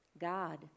God